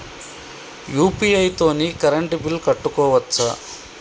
UPI తోని current bill కట్టుకోవచ్ఛా?